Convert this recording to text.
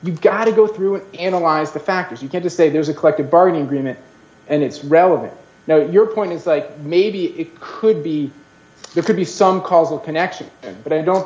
you've gotta go through analyze the factors you get to say there's a collective bargaining agreement and it's relevant now your point is like maybe it could be it could be some causal connection but i don't